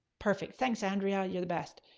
perfect. thanks andrea you're the best.